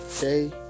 day